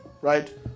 right